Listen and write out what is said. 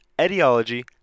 etiology